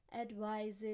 advises